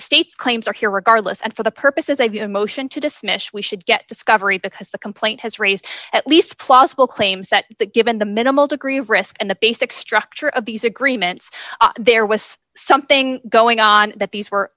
the state claims are here regardless and for the purposes i view a motion to dismiss we should get discovery because the complaint has raised at least plausible claims that given the minimal degree of risk and the basic structure of these agreements there was something going on that these were